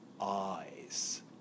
eyes